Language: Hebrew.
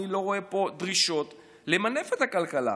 אני לא רואה פה דרישות למנף את הכלכלה.